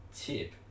tip